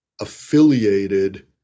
affiliated